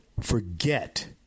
forget